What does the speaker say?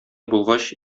булгач